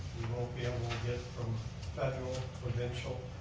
won't be able to get from federal, provincial,